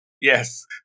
yes